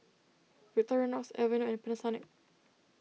Victorinox Aveeno and Panasonic